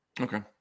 Okay